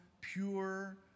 pure